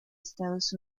estados